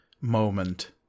moment